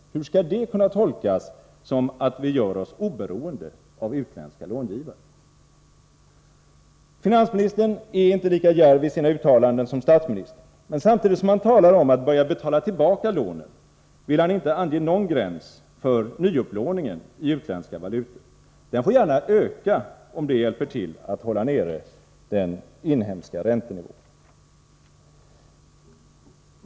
Hur skall det kunna tolkas som att vi gör oss oberoende av utländska långivare? Finansministern är inte lika djärv i sina uttalanden som statsministern, men samtidigt som han talar om att börja betala tillbaka lånen vill han inte ange någon gräns för nyupplåningen i utländska valutor. Den får gärna öka, om det hjälper till att hålla nere den inhemska räntenivån.